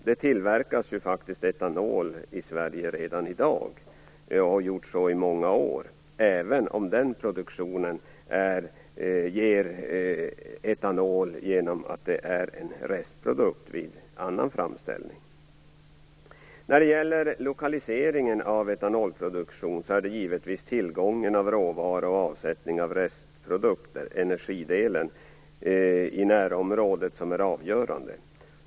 Det tillverkas ju faktiskt etanol i Sverige redan i dag, och så har skett i många år, även om den produktionen ger etanol som en restprodukt vid annan framställning. När det gäller lokaliseringen av etanolproduktion är det givetvis tillgången på råvara och möjligheten till avsättning av restprodukten, dvs. energidelen, i närområdet som är avgörande.